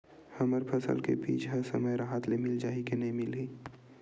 हमर फसल के बीज ह समय राहत ले मिल जाही के नी मिलही?